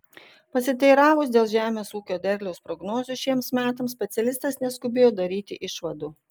pasiteiravus dėl žemės ūkio derliaus prognozių šiems metams specialistas neskubėjo daryti išvadų